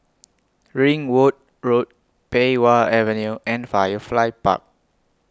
Ringwood Road Pei Wah Avenue and Firefly Park